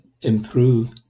improve